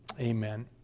Amen